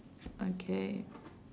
okay